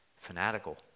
fanatical